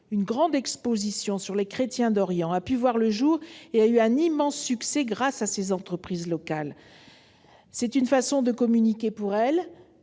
Une grande exposition sur les chrétiens d'Orient a pu voir le jour et a eu un immense succès grâce à ces entreprises locales. C'est une façon de communiquer pour elles